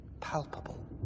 palpable